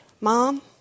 Mom